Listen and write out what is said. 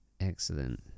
Excellent